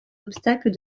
obstacles